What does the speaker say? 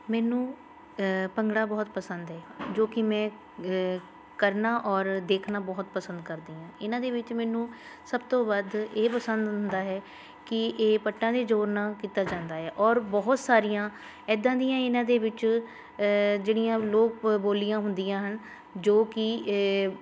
ਮੈਨੂੰ ਭੰਗੜਾ ਬਹੁਤ ਪਸੰਦ ਹੈ ਜੋ ਕਿ ਮੈਂ ਕਰਨਾ ਔਰ ਦੇਖਣਾ ਬਹੁਤ ਪਸੰਦ ਕਰਦੀ ਹਾਂ ਇਹਨਾਂ ਦੇ ਵਿੱਚ ਮੈਨੂੰ ਸਭ ਤੋਂ ਵੱਧ ਇਹ ਪਸੰਦ ਹੁੰਦਾ ਹੈ ਕਿ ਇਹ ਪੱਟਾਂ ਦੇ ਜ਼ੋਰ ਨਾਲ ਕੀਤਾ ਜਾਂਦਾ ਹੈ ਆ ਔਰ ਬਹੁਤ ਸਾਰੀਆਂ ਇੱਦਾਂ ਦੀਆਂ ਇਹਨਾਂ ਦੇ ਵਿੱਚ ਜਿਹੜੀਆਂ ਲੋਕ ਬੋਲੀਆਂ ਹੁੰਦੀਆਂ ਹਨ ਜੋ ਕਿ